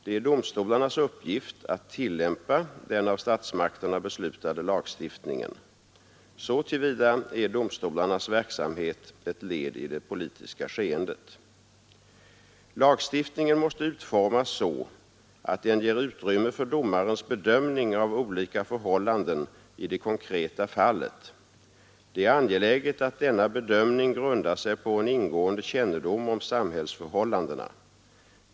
Det är domstolarnas uppgift att tillämpa den av statsmakterna beslutade lagstiftningen. Så till vida är domstolarnas verksamhet ett led i det politiska skeendet. Lagstiftningen måste utformas så att den ger utrymme för domarens bedömning av olika förhållanden i det konkreta fallet. Det är angeläget att denna bedömning grundar sig på en ingående kännedom om samhällsförhållandena.